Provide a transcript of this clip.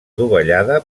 dovellada